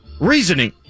reasoning